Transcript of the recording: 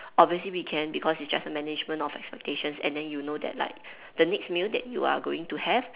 obviously we can because it's just a management of expectations and then you know that like the next meal that you are going to have